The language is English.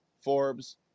Forbes